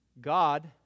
God